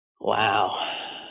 wow